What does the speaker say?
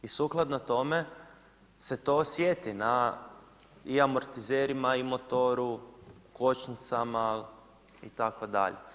I sukladno tome se to osjeti na i amortizerima i motoru, kočnicama itd.